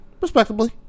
Respectably